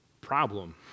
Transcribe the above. problem